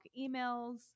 emails